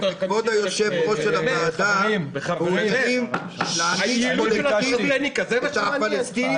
-- וכבוד היושב-ראש של הוועדה -- -עונש קולקטיבי את הפלסטינים,